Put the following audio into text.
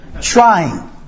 trying